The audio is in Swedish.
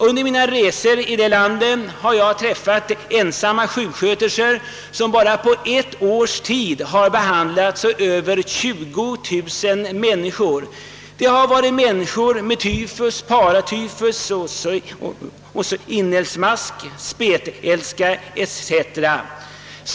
Under mina resor i det landet har jag träffat sjuksköterskor, som under bara ett år ensamma har behandlat över 20000 människor för tyfus, paratyfus, inälvsmask, spetälska etc.